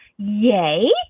Yay